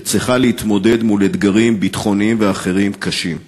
שצריכה להתמודד עם אתגרים ביטחוניים ואחרים קשים.